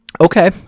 Okay